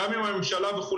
גם אם זה מהממשלה וכולי?